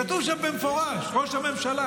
כתוב שם במפורש: ראש הממשלה,